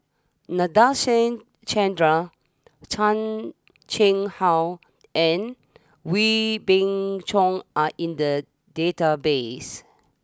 Nadasen Chandra Chan Chang how and Wee Beng Chong are in the database